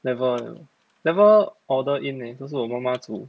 never never order in man 都是我妈妈煮